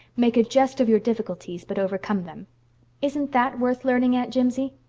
make a jest of your difficulties but overcome them isn't that worth learning, aunt jimsie?